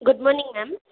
good morning ma'am